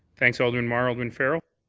thanks, alderman mar. alderman farrell?